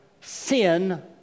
sin